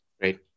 Great